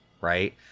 right